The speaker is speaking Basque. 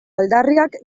aldarriak